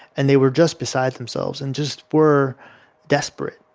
and they were just beside themselves and just were desperate.